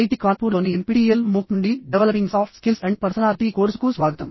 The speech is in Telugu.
ఐఐటి కాన్పూర్లోని ఎన్పిటిఇఎల్ మూక్ నుండి developing soft skills and personality కోర్సుకు తిరిగి స్వాగతం